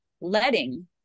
letting